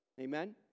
Amen